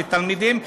אלה תלמידים,